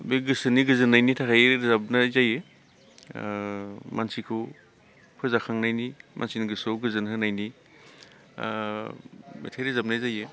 बे गोसोनि गोजोननायनि थाखाय रोजाबनाय जायो ओ मानसिखौ फोजाखांनायनि मानसिनि गोसोआव गोजोन होनायनि ओ मेथाइ रोजाबनाय जायो